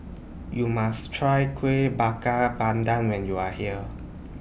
YOU must Try Kueh Bakar Pandan when YOU Are here